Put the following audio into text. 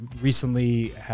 recently